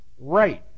right